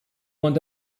want